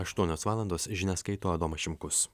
aštuonios valandos žinias skaito adomas šimkus